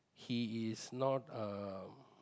he is not uh